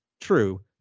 True